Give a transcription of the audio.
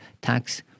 tax